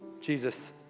Jesus